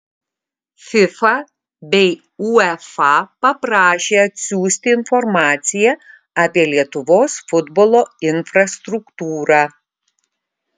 fifa bei uefa paprašė atsiųsti informaciją apie lietuvos futbolo infrastruktūrą